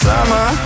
Summer